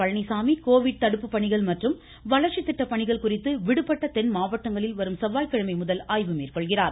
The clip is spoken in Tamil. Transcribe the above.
பழனிச்சாமி கோவிட் தடுப்பு பணிகள் மற்றும் வளர்ச்சி திட்டப்பணிகள் குறித்து விடுபட்ட தென் மாவட்டங்களில் வரும் செவ்வாய் கிழமை முதல் ஆய்வு மேற்கொள்கிறார்